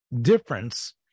difference